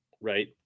right